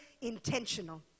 intentional